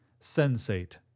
Sensate